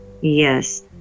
Yes